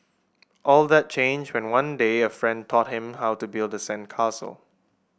all that changed when one day a friend taught him how to build the sandcastle